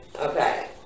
okay